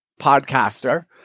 podcaster